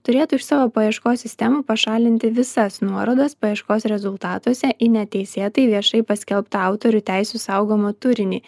turėtų iš savo paieškos sistemų pašalinti visas nuorodas paieškos rezultatuose į neteisėtai viešai paskelbtą autorių teisių saugomą turinį